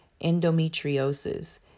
Endometriosis